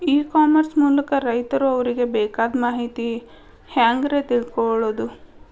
E commerce ಮೂಲಕ ರೈತರು ಅವರಿಗೆ ಬೇಕಾದ ಮಾಹಿತಿ ಹ್ಯಾಂಗ ರೇ ತಿಳ್ಕೊಳೋದು?